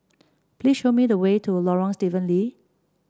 please show me the way to Lorong Stephen Lee